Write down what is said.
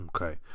Okay